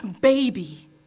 baby